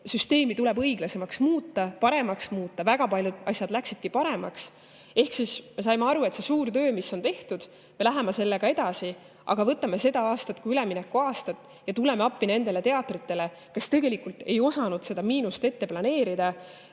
süsteemi tuleb õiglasemaks muuta, paremaks muuta. Ja väga paljud asjad läksidki paremaks. Ehk siis me saime aru, et selle suure tööga, mis on tehtud, me läheme edasi, aga võtame seda aastat kui üleminekuaastat ja tuleme appi nendele teatritele, kes tegelikult ei osanud seda miinust ette planeerida,